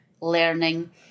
learning